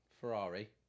Ferrari